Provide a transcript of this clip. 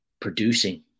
producing